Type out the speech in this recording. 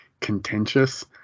contentious